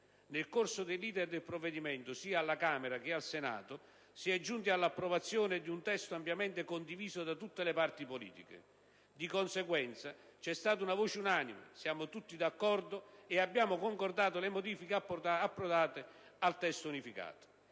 Nel corso dell'*iter* del provvedimento, sia alla Camera che al Senato, si è giunti all'approvazione di un testo ampiamente condiviso da tutte le parti politiche. Di conseguenza, c'è stata una voce unanime, siamo stati tutti d'accordo e abbiamo concordato le modifiche apportate al testo unificato.